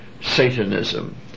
Satanism